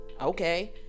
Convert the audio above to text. okay